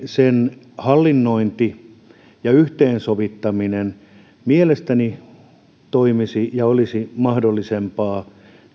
sen toiminnan hallinnointi ja yhteensovittaminen mielestäni toimisi ja olisi mahdollisempaa